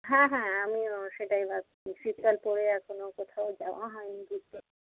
হ্যাঁ হ্যাঁ আমিও সেটাই ভাবছি শীতকাল পড়ে এখনও কোথাও যাওয়া হয়নি ঘুরতে